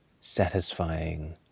satisfying